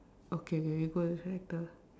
okay go to the tractor